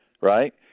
right